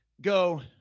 go